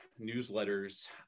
newsletters